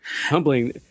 humbling